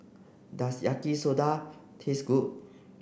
does Yaki Soda taste good